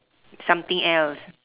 something else